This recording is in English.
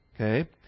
Okay